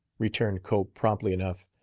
returned cope, promptly enough.